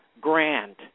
grand